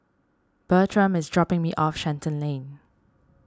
Bertram is dropping me off Shenton Lane